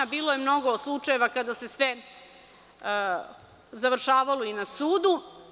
Bilo je mnogo slučajeva da se sve završavalo i na sudu.